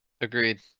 Agreed